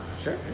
Sure